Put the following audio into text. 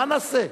מה נעשה?